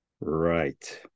right